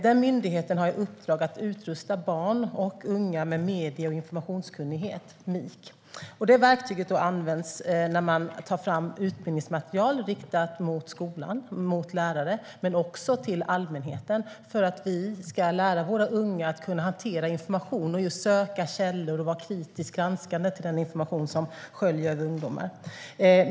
Denna myndighet har i uppdrag att utrusta barn och unga med medie och informationskunnighet - MIK. Detta verktyg används när man tar fram utbildningsmaterial riktat till skolan och lärare men också till allmänheten för att vi ska lära våra unga att hantera information och söka källor och vara kritiskt granskande till den information som sköljer över ungdomar.